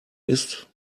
ist